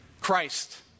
Christ